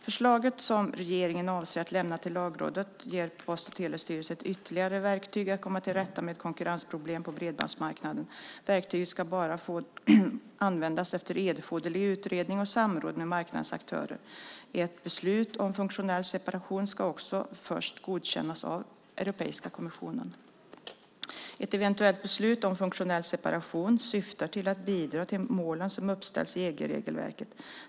Förslaget som regeringen avser att lämna till Lagrådet ger Post och telestyrelsen ytterligare ett verktyg för att komma till rätta med konkurrensproblemen på bredbandsmarknaden. Verktyget ska bara få användas efter erforderlig utredning och samråd med marknadens aktörer. Ett beslut om funktionell separation ska också först godkännas av Europeiska kommissionen. Ett eventuellt beslut om funktionell separation syftar till att bidra till målen som uppställs i EG-regelverket.